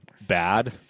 bad